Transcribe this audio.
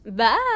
Bye